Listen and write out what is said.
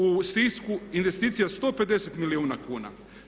U Sisku investicija 150 milijuna kuna.